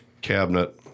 cabinet